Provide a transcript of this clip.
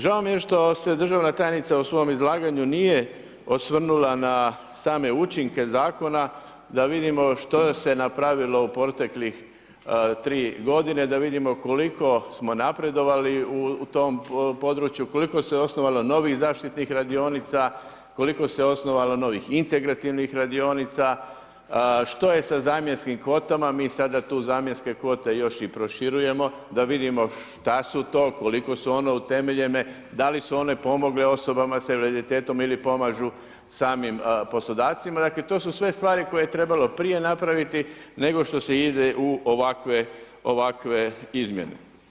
Žao mi je što se državna tajnica u svom izlaganju nije osvrnula na same učinke zakona, da vidimo što se napravilo u proteklih 3 godine, da vidimo koliko smo napredovali u tom području koliko se osnovalo novih integrativnih radionica, što je sa zamjenskim kvotama, mi sada tu zamjenske kvote još i proširujemo da vidimo šta su to, koliko su one utemeljene, da li su one pomogle osobama s invaliditetom ili pomažu samim poslodavcima, dakle to su sve stvari koje je trebalo prije napraviti nego što se ide u ovakve izmjene.